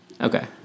okay